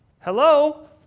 Hello